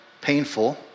painful